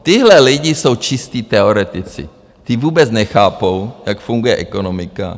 Tihle lidé jsou čistí teoretici, ti vůbec nechápou, jak funguje ekonomika.